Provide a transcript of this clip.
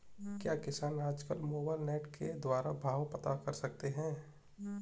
क्या किसान आज कल मोबाइल नेट के द्वारा भाव पता कर सकते हैं?